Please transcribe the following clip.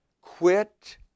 quit